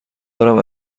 دارم